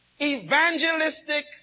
evangelistic